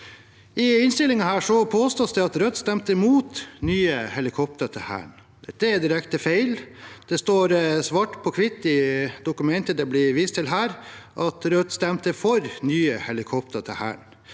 I innstillingen påstås det at Rødt stemte imot nye helikoptre til Hæren. Det er direkte feil. Det står svart på hvitt i dokumentet det blir vist til her, at Rødt stemte for nye helikoptre til Hæren,